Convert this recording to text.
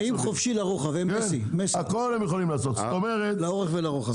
נעים חופשי לרוחב, הם מסי, לאורך ולרוחב.